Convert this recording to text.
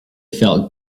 felt